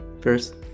First